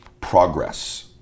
progress